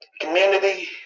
community